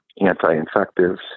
anti-infectives